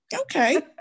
Okay